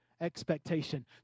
expectation